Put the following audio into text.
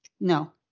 No